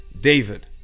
david